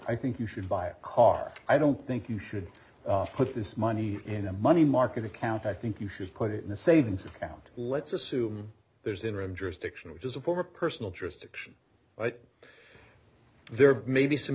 i think you should buy a car i don't think you should put this money in a money market account i think you should put it in a savings account let's assume there's interim jurisdiction which is a form of personal jurisdiction but there may be some